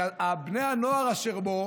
שבני הנוער אשר בו